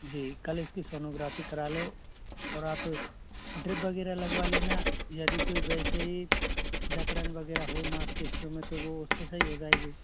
जी कल इसकी सोनोग्राफी करा लो और आप ड्रिप वगैरह लगवा लेना यदि कोई वैसे ही जकड़न वगैरह हो मासपेशियों में तो वो उससे सही हो जाएगी